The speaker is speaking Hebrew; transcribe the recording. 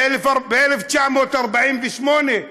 ב-1948,